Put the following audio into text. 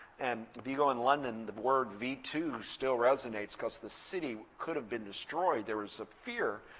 and if you go in london, the word v two still resonates because the city could have been destroyed. there was a fear.